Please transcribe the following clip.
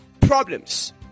problems